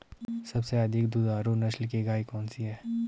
सबसे अधिक दुधारू नस्ल की गाय कौन सी है?